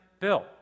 Bill